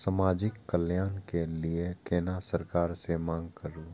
समाजिक कल्याण के लीऐ केना सरकार से मांग करु?